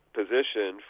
position